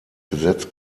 gesetz